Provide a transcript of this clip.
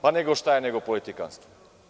Pa nego šta je neko politikantstvo.